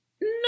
No